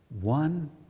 one